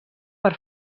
per